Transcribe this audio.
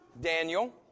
Daniel